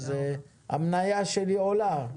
אז המניה שלי עולה,